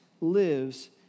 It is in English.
lives